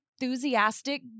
Enthusiastic